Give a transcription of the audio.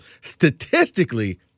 Statistically